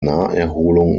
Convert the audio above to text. naherholung